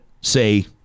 say